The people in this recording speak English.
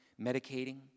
medicating